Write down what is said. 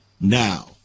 now